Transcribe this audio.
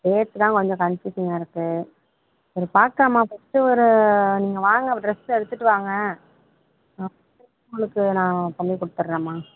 date தான் கொஞ்சம் கன்ஃப்யூசிங்காக இருக்குது சரி பார்க்கலாம்மா ஃபஸ்ட்டு ஒரு நீங்கள் வாங்க ஒரு ட்ரெஸ்ஸ எடுத்துகிட்டு வாங்க அ உங்களுக்கு நான் பண்ணி கொடுத்தட்றேம்மா